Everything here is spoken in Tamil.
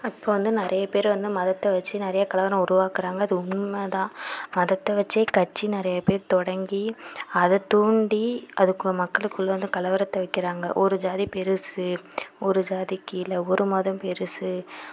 அப்போ வந்து நிறைய பேர் வந்து மதத்தை வச்சு நிறைய கலவரம் உருவாக்கிறாங்க அது உண்மை தான் மதத்தை வைச்சே கட்சி நிறைய பேர் தொடங்கி அதை தூண்டி அதுக்கு மக்களுக்குள்ளே வந்து கலவரத்தை வைக்கிறாங்க ஒரு ஜாதி பெருசு ஒரு ஜாதி கீழே ஒரு மதம் பெருசு